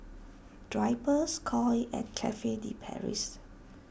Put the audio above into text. Drypers Koi and Cafe De Paris